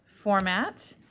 format